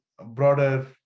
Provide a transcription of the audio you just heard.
broader